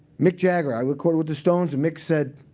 mick jagger i recorded with the stones. and mick said,